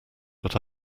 but